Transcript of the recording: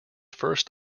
first